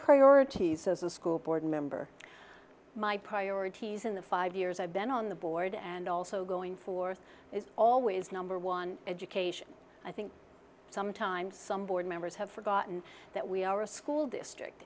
priorities as a school board member my priorities in the five years i've been on the board and also going forth is always number one education i think sometimes some board members have forgotten that we are a school district